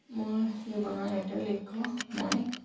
মোৰ জীৱনৰ এইটোৱে লক্ষ্য মই